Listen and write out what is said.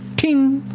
ting,